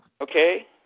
Okay